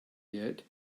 yet